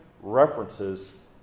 references